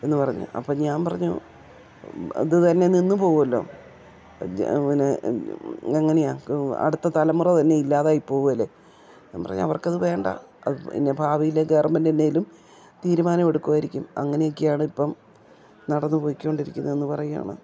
എന്നു പറഞ്ഞ് അപ്പം ഞാൻ പറഞ്ഞു അതു തന്നെ നിന്നു പോകുമല്ലോ പിന്നെ എങ്ങനെയാണ് അടുത്ത തലമുറ തന്നെ ഇല്ലാതായി പോകില്ലെ ഞാൻ പറഞ്ഞവർക്കതു വേണ്ട അതു പിന്നെ ഭാവിയിലെ ഗവർമെൻ്റെന്തെങ്കിലും തീരുമാനമെടുക്കുമായിരിക്കും അങ്ങനെയൊക്കെയാണിപ്പം നടന്നു പോയ്ക്കൊണ്ടിരിക്കുന്നതെന്നു പറയുകയാണ്